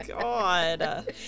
God